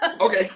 Okay